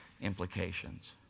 implications